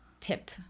tip